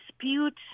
dispute